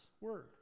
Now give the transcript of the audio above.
word